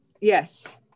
Yes